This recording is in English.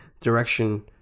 direction